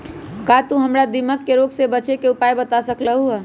का तू हमरा दीमक के रोग से बचे के उपाय बता सकलु ह?